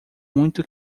muito